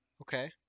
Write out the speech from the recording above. Okay